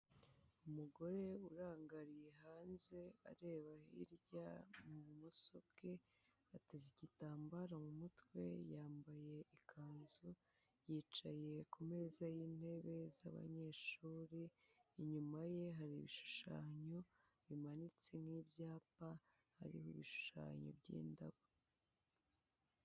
Umugore urangariye hanze areba hirya ibumoso bwe ateze igitambaro mu mutwe yambaye ikanzu, yicaye ku meza y'intebe z'abanyeshuri, inyuma ye hari ibishushanyo bimanitse n'ibyapa hariho ibishushanyo by'indabo.